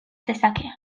dezake